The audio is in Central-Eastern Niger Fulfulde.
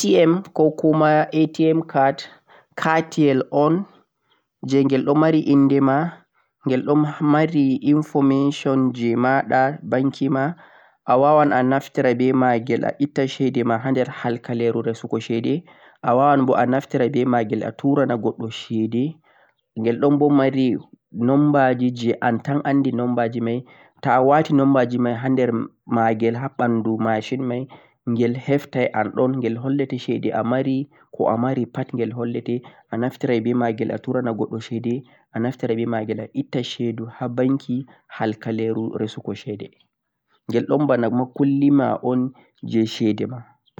ATM ni jangel don mari indie ma gel don mari information jee mada banki ma a waawan a naftire be maagel a ittan cede ma hanedr haar kaleri rasuko cede awaawan boh a naftire be maagel a turatana gwaddon cede geldon don mari nambaje jee an tan andi nambaje mei toh a waati nambaje mei hander maagel haa bandu mashin mei gel heftan andon gel hollate cede a mari ko a mari pad gel hollete cede a mari a naftire be magel a turatana gwaddo cede a naftira be maagel a ittan cede haa banki har kaleruu rasuko cede gel don boona makulli ma o'njee cede ma